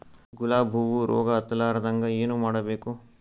ಗುಲಾಬ್ ಹೂವು ರೋಗ ಹತ್ತಲಾರದಂಗ ಏನು ಮಾಡಬೇಕು?